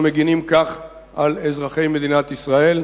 אנחנו מגינים כך על אזרחי מדינת ישראל